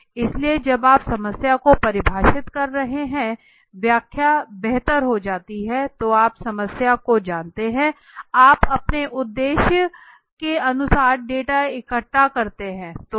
इसलिए जब आप समस्या को परिभाषित कर रहे हैं व्याख्या बेहतर हो जाती है तो आप समस्या को जानते हैं आप अपने उद्देश्य के अनुसार डेटा इकट्ठा करते है